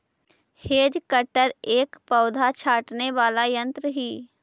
hedge cutter एक पौधा छाँटने वाला यन्त्र ही